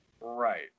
Right